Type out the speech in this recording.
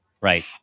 Right